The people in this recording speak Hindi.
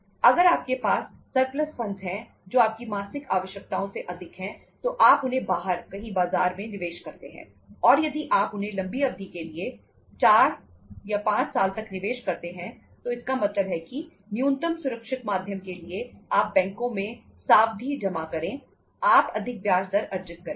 अगर आपके पास सरप्लस फंड्स हैं जो आपकी मासिक आवश्यकताओं से अधिक हैं तो आप उन्हें बाहर कहीं बाजार में निवेश करते हैं और यदि आप उन्हें लंबी अवधि के लिए 4 5 साल तक निवेश करते हैं तो इसका मतलब है कि न्यूनतम सुरक्षित माध्यम के लिए आप बैंकों में सावधि जमा करें आप अधिक ब्याज दर अर्जित करेंगे